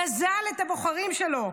גזל את הבוחרים שלו.